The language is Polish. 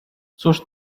cóż